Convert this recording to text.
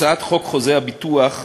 הצעת חוק חוזה הביטוח (תיקון,